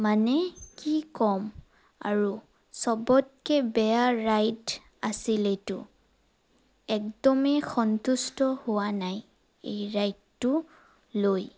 মানে কি ক'ম আৰু চবতকে বেয়া ৰাইড আছিল এইটো একদমেই সন্তুষ্ট হোৱা নাই এই ৰাইডটো লৈ